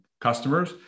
customers